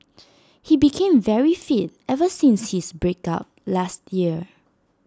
he became very fit ever since his break up last year